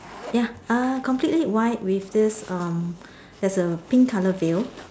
ya uh completely white with this um there's a pink colour veil